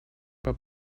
but